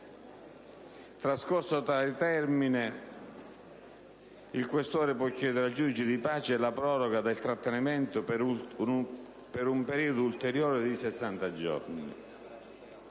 trascorso tale termine, il questore può chiedere al giudice di pace la proroga del trattenimento per un periodo ulteriore di 60 giorni.